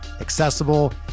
accessible